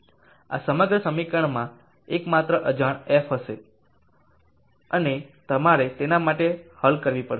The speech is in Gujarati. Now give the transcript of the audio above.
આ સમગ્ર સમીકરણમાં એકમાત્ર અજાણ f હશે અને તમારે તેના માટે હલ કરવી પડશે